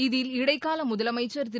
இதில் இடைக்கால முதலமைச்சர் திரு